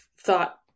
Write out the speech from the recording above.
thought